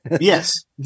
Yes